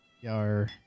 Yar